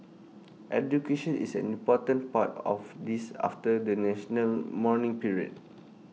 education is an important part of this after the national mourning period